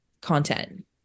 content